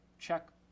check